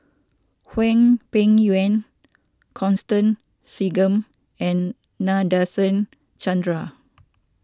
Hwang Peng Yuan Constance Singam and Nadasen Chandra